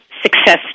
Success